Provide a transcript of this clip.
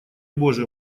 боже